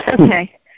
okay